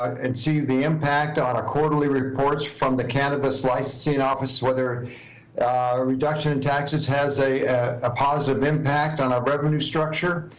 and see the impact on a quarterly reports from the cannabis licensing office, whether reduction in taxes has a a positive impact on our revenue structure.